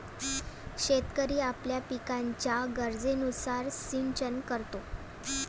शेतकरी आपल्या पिकाच्या गरजेनुसार सिंचन करतो